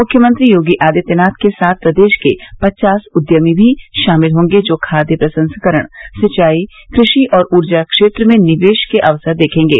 मुख्यमंत्री योगी आदित्यनाथ के साथ प्रदेश के पचास उद्यमी भी शामिल होंगे जो खाद्य प्रसंस्करण सिंचाई कृषि और ऊर्जा क्षेत्र में निवेश के अवसर देखेंगे